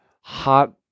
hot